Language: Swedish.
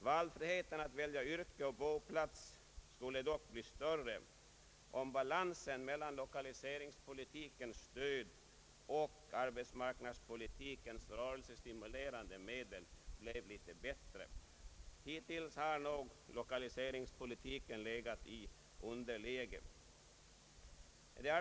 Valfriheten att välja yrke och boplats skulle dock bli större, om balansen mellan lokaliseringspolitikens stöd och arbetsmarknadspolitikens rörelsestimulerande medel blev något bättre. Hittills har nog lokaliseringspolitiken legat i underläge.